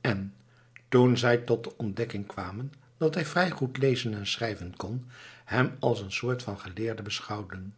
en toen zij tot de ontdekking kwamen dat hij vrij goed lezen en schrijven kon hem als een soort van geleerde beschouwden